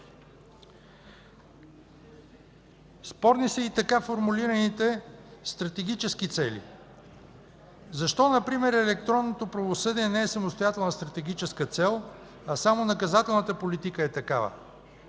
Спорни са и така формулираните стратегически цели. Защо например електронното правосъдие не е самостоятелна стратегическа цел, а само наказателната политика е такава?